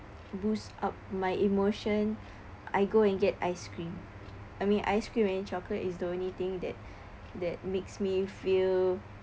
boost up my emotion I go and get ice cream I mean ice cream and chocolate is the only thing that that makes me feel